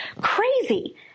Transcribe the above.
Crazy